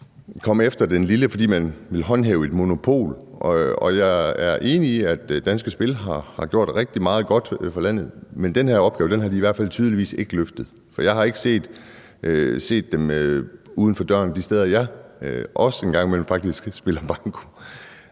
komme efter den lille mand, fordi man vil håndhæve et monopol. Jeg er enig i, at Danske Spil har gjort rigtig meget godt for landet, men den her opgave har de i hvert fald tydeligvis ikke løftet, for jeg har ikke set dem uden for døren de steder, hvor jeg faktisk også en gang imellem spiller banko.